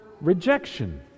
rejection